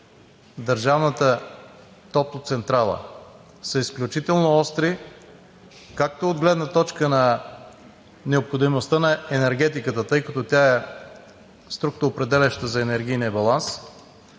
държавната топлоцентрала, са изключително остри както от гледна точка на необходимостта на енергетиката, тъй като тя е структуроопределяща за енергийния баланс,